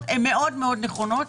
הן מאוד מאוד נכונות,